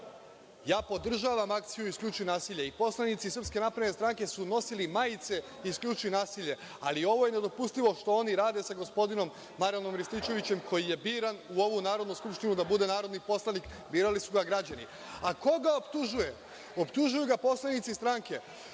država akciju „Isključi nasilje“ i poslanici SNS su nosili majice „Isključi nasilje“, ali ovo je nedopustivo što oni rade sa gospodinom Marijanom Rističevićem, koji je biran u ovu Narodnu skupštinu da bude narodni poslanik. Birali su ga građani. A, ko ga optužuje? Optužuju ga poslanici stranke